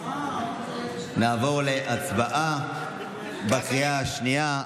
הצבעה בקריאה השנייה.